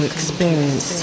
Experience